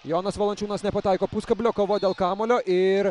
jonas valančiūnas nepataiko puskablio kova dėl kamuolio ir